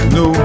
no